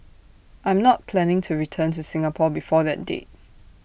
I'm not planning to return to Singapore before that date